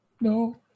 no